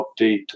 Update